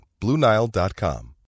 BlueNile.com